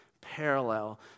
parallel